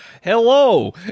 Hello